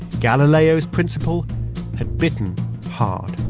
galileo's principle had bitten hard